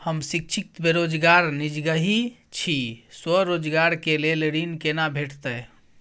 हम शिक्षित बेरोजगार निजगही छी, स्वरोजगार के लेल ऋण केना भेटतै?